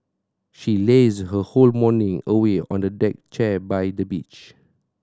she lazed her whole morning away on a deck chair by the beach